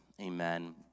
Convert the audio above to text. Amen